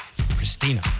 Christina